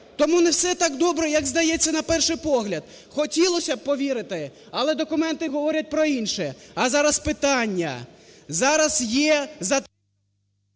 Тому не все так добре, як здається на перший погляд. Хотілося б повірити, але документи говорять про інше. А зараз питання. Зараз є …